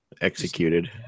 Executed